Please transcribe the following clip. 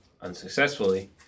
unsuccessfully